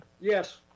Yes